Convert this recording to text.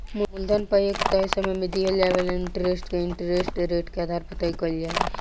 मूलधन पर एक तय समय में दिहल जाए वाला इंटरेस्ट के इंटरेस्ट रेट के आधार पर तय कईल जाला